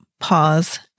pause